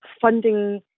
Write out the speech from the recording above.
funding